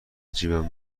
جیبم